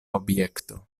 objekto